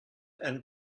and